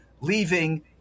leaving